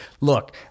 Look